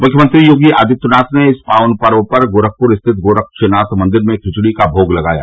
मुख्यमंत्री योगी आदित्यनाथ ने इस पावन पर्व पर गोरखपुर स्थित गोरक्षनाथ मंदिर में खिचड़ी का भोग लगाया